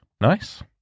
nice